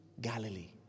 Galilee